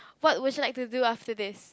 what would you like to view after this